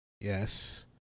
Yes